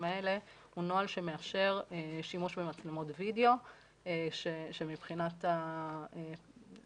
האלה הוא נוהל שמאפשר שימוש במצלמות וידאו שמבחינת הזום,